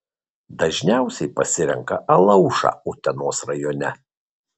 dažniausiai pasirenka alaušą utenos rajone